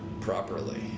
properly